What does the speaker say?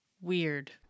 weird